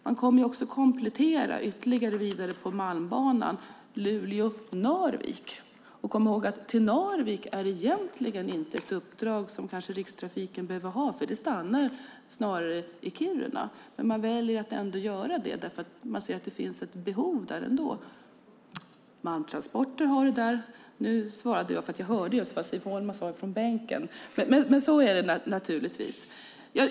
Man kommer att komplettera längs Malmbanan Luleå-Narvik. Då ska vi emellertid komma ihåg att när det gäller trafiken till Narvik är det egentligen inte ett uppdrag för Rikstrafiken eftersom det snarare slutar i Kiruna. Man väljer dock att göra det då man ser att där finns ett behov. Och malmtransporterna finns naturligtvis.